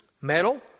metal